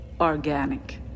organic